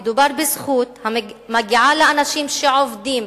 מדובר בזכות המגיעה לאנשים שעובדים,